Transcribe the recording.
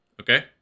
okay